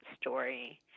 story